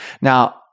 Now